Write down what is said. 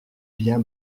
bien